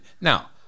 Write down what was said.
Now